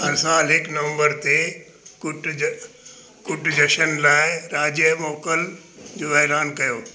हर साल हिकु नवंबर ते कुट ज कुट जशन लाइ राज्य मोकिल जो ऐलानु कयो